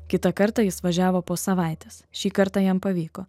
kitą kartą jis važiavo po savaitės šį kartą jam pavyko